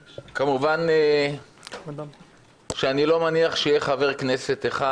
כמובן שאני לא מניח שיהיה חבר כנסת אחד